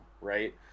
right